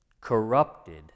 corrupted